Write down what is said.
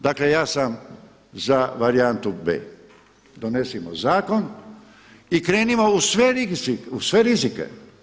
Dakle ja sam za varijantu B, donesimo zakon i krenimo u sve rizike.